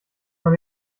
man